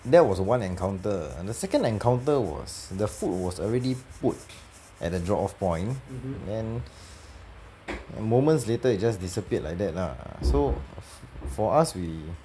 that was one encounter the second encounter was the food was already put at the drop off point and then moments later it just disappeared like that lah so for us we